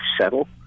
settle